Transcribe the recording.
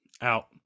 out